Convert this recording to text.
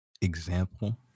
example